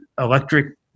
electric